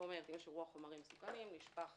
כלומר יש אירוע חומרים מסוכנים, נשפך